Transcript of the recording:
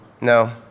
no